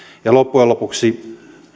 vastaan loppujen lopuksi